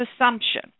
assumption